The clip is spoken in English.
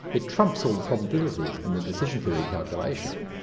it trumps all the probabilities in the decision theory calculation.